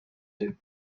deux